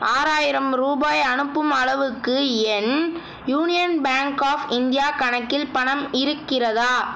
ஆறாயிரம் ரூபாய் அனுப்பும் அளவுக்கு என் யூனியன் பேங்க் ஆஃப் இந்தியா கணக்கில் பணம் இருக்கிறதா